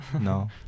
No